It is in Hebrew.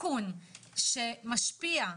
תיקון שמשפיע,